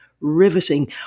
riveting